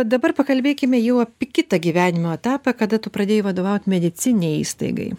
dabar pakalbėkime jau apie kitą gyvenimo etapą kada tu pradėjai vadovaut medicininei įstaigai